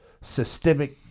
systemic